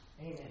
Amen